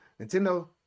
Nintendo